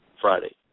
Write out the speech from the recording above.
Friday